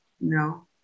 No